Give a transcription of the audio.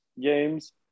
games